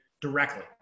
directly